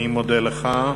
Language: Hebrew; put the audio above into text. אני מודה לך.